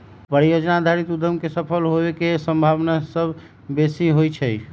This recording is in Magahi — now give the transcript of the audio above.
परिजोजना आधारित उद्यम के सफल होय के संभावना सभ बेशी होइ छइ